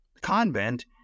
convent